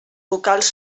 vocals